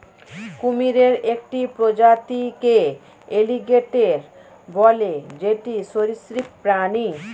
কুমিরের একটি প্রজাতিকে এলিগেটের বলে যেটি সরীসৃপ প্রাণী